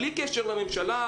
בלי קשר לממשלה,